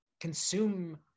consume